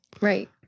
right